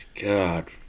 God